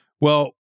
Well-